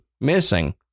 missing